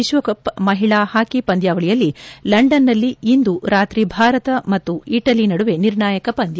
ವಿಶ್ವಕಪ್ ಮಹಿಳಾ ಹಾಕಿ ಪಂದ್ಯಾವಳಿಯಲ್ಲಿ ಲಂಡನ್ನಲ್ಲಿ ಇಂದು ರಾತ್ರಿ ಭಾರತ ಮತ್ತು ಇಟಲಿ ನಡುವೆ ನಿರ್ಣಾಯಕ ಪಂದ್ಯ